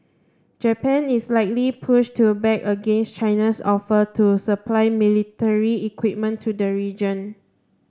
Japan is likely push to back against China's offer to supply military equipment to the region